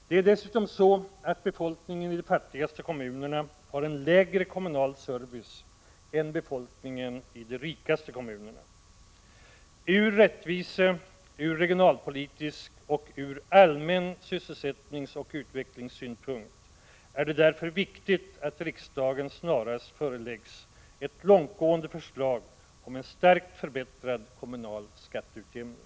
Det är dessutom så att befolkningen i de fattigaste kommunerna har sämre kommunal service än befolkningen i de rikaste kommunerna. Ur rättvisesynpunkt, ur regionalpolitisk och ur allmän sysselsättningsoch utvecklingssynpunkt är det därför viktigt att riksdagen snarast föreläggs ett långtgående förslag om en starkt förbättrad kommunal skatteutjämning.